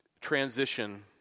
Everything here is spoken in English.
transition